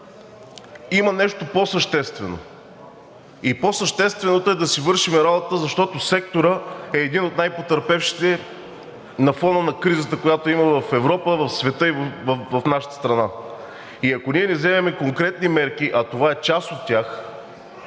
има нещо по-съществено и по-същественото е да си вършим работата, защото секторът е един от най-потърпевшите на фона на кризата, която има в Европа, в света и в нашата страна. Ако ние не вземем конкретни мерки, а това е част от тях